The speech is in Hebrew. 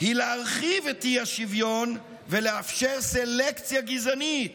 היא להרחיב את האי-שוויון ולאפשר סלקציה גזענית.